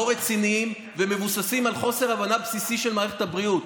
לא רציניים ומבוססים על חוסר הבנה בסיסי של מערכת הבריאות.